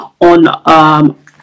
on